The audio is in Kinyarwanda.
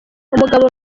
umugabo